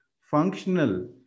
functional